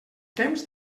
temps